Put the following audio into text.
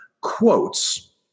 quotes